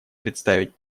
представить